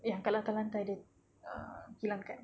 yang kat lantai lantai dia uh hilang kan